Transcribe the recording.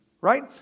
right